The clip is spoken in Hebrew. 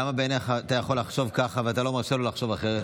למה בעיניך אתה יכול לחשוב ככה ואתה לא מרשה לו לחשוב אחרת?